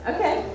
Okay